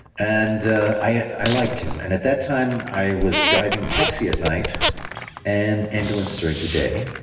and i liked him. and at that time i was driving taxi at night and ambulance during the day,